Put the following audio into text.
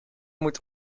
moet